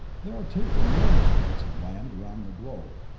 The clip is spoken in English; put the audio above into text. there are two enormous belts of land around the globe,